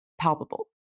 palpable